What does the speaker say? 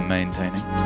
Maintaining